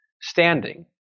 standing